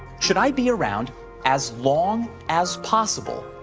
should i be around as long as possible?